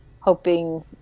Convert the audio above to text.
hoping